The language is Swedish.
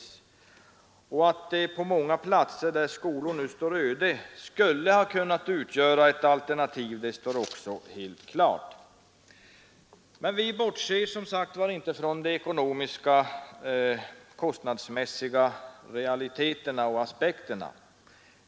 Och att den på många platser där skolor nu står öde skulle kunna utgöra ett alternativ står också helt klart. Men vi bortser, som sagt, inte från de kostnadsmässiga aspekterna.